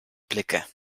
blicke